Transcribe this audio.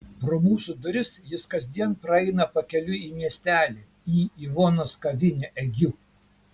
pro mūsų duris jis kasdien praeina pakeliui į miestelį į ivonos kavinę egiu